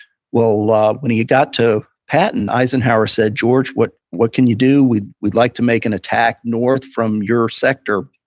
well, when he got to patton, eisenhower said, george, what what can you do? we'd we'd like to make an attack north from your sector.